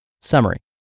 Summary